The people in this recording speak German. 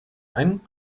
ein